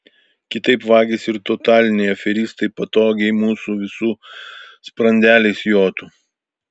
kitaip vagys ir totaliniai aferistai patogiai mūsų visų sprandeliais jotų